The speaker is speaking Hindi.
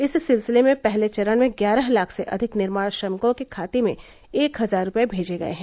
इस सिलसिले में पहले चरण में ग्यारह लाख से अधिक निर्माण श्रमिकों के खाते में एक हजार रूपये भेजे गये हैं